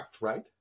right